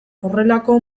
horrelako